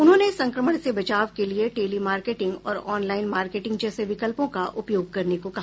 उन्होंने संक्रमण से बचाव के लिए टेली मार्केटिंग और ऑनलाइन मार्केटिंग जैसे विकल्पों का उपयोग करने को कहा